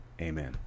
amen